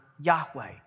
Yahweh